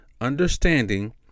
understanding